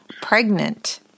pregnant